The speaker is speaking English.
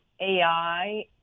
AI